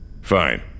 Fine